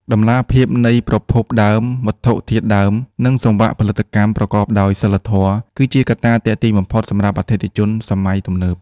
តម្លាភាពនៃប្រភពដើមវត្ថុធាតុដើម និងសង្វាក់ផលិតកម្មប្រកបដោយសីលធម៌ គឺជាកត្តាទាក់ទាញបំផុតសម្រាប់អតិថិជនសម័យទំនើប។